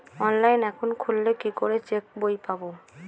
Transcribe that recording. Online account খুললে কি করে চেক বই পাব?